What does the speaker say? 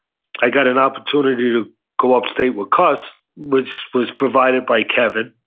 i got an opportunity to go upstate with cus, which was provided by kevin,